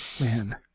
Man